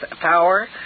power